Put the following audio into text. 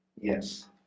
yes